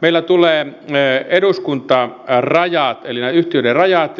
meillä tulee eduskuntarajat eli nämä yhtiöiden rajat